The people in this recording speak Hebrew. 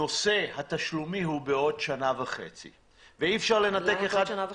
ונושא התשלום הוא בעוד שנה וחצי --- למה בעוד שנה וחצי?